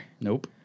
Nope